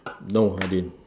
no I didn't